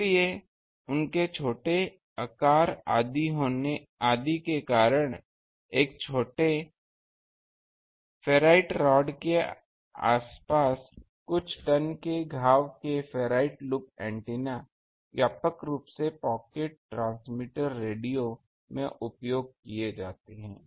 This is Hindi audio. इसलिए उनके छोटे आकार आदि के कारण एक छोटे फेराइट रॉड के आसपास कुछ टन के घाव के फेराइट लूप एंटीना व्यापक रूप से पॉकेट ट्रांसमीटर रेडियो में उपयोग किए जाते हैं